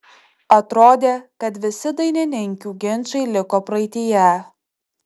atrodė kad visi dainininkių ginčai liko praeityje